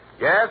Yes